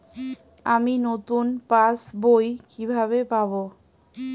আমি নতুন passbook কিভাবে পাব?